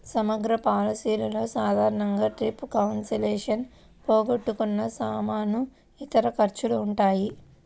సమగ్ర పాలసీలలో సాధారణంగా ట్రిప్ క్యాన్సిలేషన్, పోగొట్టుకున్న సామాను, ఇతర ఖర్చులు ఉంటాయి